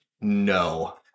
no